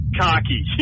cocky